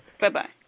Bye-bye